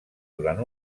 durant